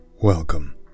Welcome